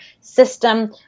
system